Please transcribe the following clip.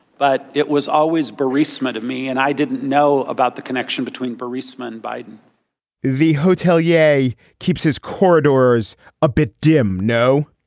but it was always brisman of me. and i didn't know about the connection between brisman, biden the hotel yei keeps his corridor's a bit dim. no,